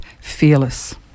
Fearless